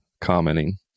commenting